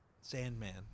Sandman